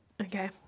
Okay